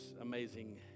amazing